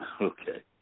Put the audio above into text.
Okay